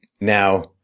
Now